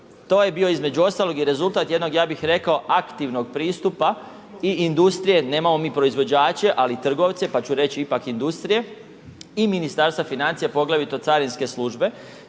To je bio između ostalog i rezultat jedno ja bih rekao, aktivnog pristupa i industrije, nemamo mi proizvođače ali i trgovce pa ću reći ipak industrije, i Ministarstva financija, poglavito carinske službe